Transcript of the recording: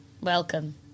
Welcome